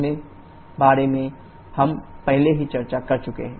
उसके बारे में हम पहले ही चर्चा कर चुके हैं